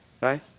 Right